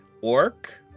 orc